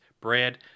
bread